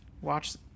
watch